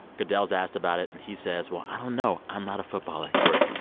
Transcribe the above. goodell was asked about it. and he says, well, i don't know. i'm not a football expert.